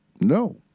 No